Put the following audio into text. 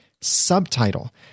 subtitle